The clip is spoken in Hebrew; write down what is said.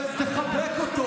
תחבק אותו.